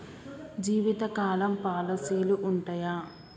జీవితకాలం పాలసీలు ఉంటయా?